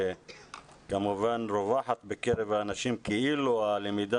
שכמובן רווחת בקרב אנשים כאילו הלמידה